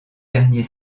dernier